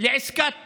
לעסקת טראמפ,